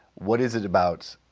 what is it about